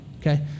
okay